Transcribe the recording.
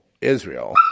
Israel